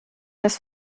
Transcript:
das